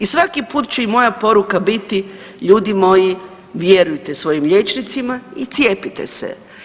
I svaki put će i moja poruka biti, ljudi moji, vjerujte svojim liječnicima i cijepite se.